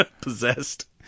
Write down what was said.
possessed